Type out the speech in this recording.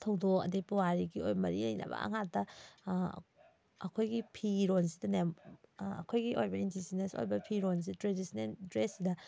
ꯊꯧꯗꯣꯛ ꯑꯗꯩ ꯄꯨꯋꯥꯔꯤꯒꯤ ꯑꯣꯏꯕ ꯃꯔꯤ ꯂꯩꯅꯕ ꯉꯥꯛꯇ ꯑꯩꯈꯣꯏꯒꯤ ꯐꯤꯔꯣꯜꯁꯤꯗꯅꯦ ꯑꯩꯈꯣꯏꯒꯤ ꯑꯣꯏꯕ ꯏꯟꯗꯤꯖꯤꯅꯁ ꯑꯣꯏꯕ ꯐꯤꯔꯣꯜꯁꯦ ꯇ꯭ꯔꯦꯗꯤꯁꯅꯦꯜ ꯗ꯭ꯔꯦꯁꯁꯤꯗ